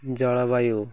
ଜଳବାୟୁ